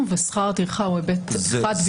ושכר הטרחה הוא היבט אחד בלבד בסוגייה.